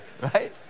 Right